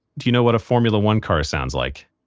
do you know what a formula one car sounds like?